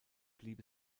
blieb